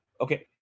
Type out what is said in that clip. Okay